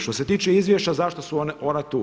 Što se tiče izvješća zašto su ona tu.